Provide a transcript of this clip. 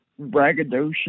braggadocious